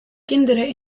kinderen